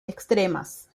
extremas